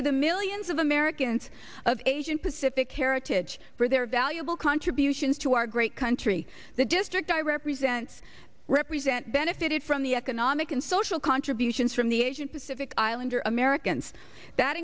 to the mill ians of americans of asian pacific heritage for their valuable contributions to our great country the district i represents represent benefited from the economic and social contributions from the asian pacific islander americans that